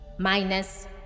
Minus